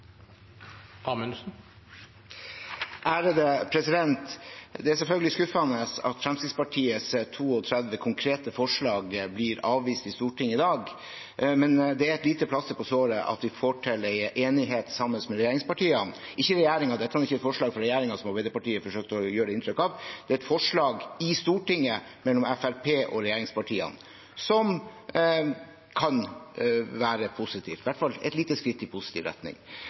Det er selvfølgelig skuffende at Fremskrittspartiets 32 konkrete forslag blir avvist i Stortinget i dag, men det er et lite plaster på såret at vi får til enighet sammen med regjeringspartiene – ikke regjeringen. Dette er ikke et forslag fra regjeringen, slik Arbeiderpartiet forsøker å gjøre inntrykk av. Det er et forslag i Stortinget mellom Fremskrittspartiet og regjeringspartiene som kan være positivt – i hvert fall et lite skritt i positiv retning.